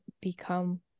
become